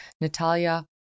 Natalia